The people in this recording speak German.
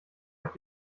auf